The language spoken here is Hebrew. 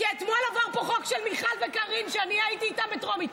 כי אתמול עבר פה חוק של מיכל וקארין שאני הייתי איתן בטרומית.